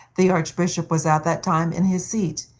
the archbishop was at that time in his seat.